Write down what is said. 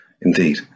Indeed